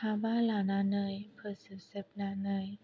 हाबा लानानै फोजोब जोबनानै